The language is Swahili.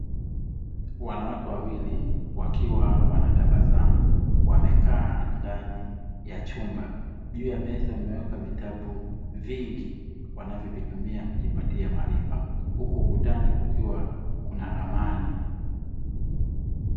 Wanawake wawili wakiwa wanatabasamu wamekaa ndani ya chumba, juu ya meza kumewekwa vitabu vingi wanavyotumia kujipatia maarifa, huku ukutani kukiwa kuna ramani.